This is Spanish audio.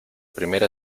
primera